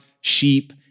sheep